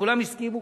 וכולם הסכימו,